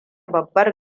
babbar